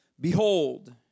Behold